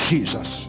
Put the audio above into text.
Jesus